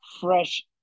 fresh